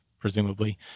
presumably